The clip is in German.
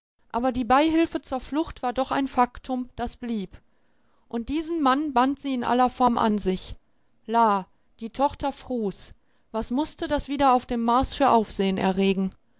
aber die beihilfe zur flucht war doch ein faktum das blieb und diesen mann band sie in aller form an sich la die tochter frus was mußte das wieder auf dem mars für aufsehen erregen